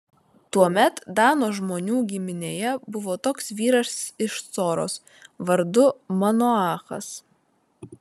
tuomet dano žmonių giminėje buvo toks vyras iš coros vardu manoachas